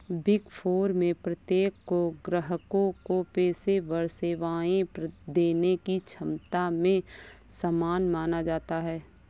big four में प्रत्येक को ग्राहकों को पेशेवर सेवाएं देने की क्षमता में समान माना जाता है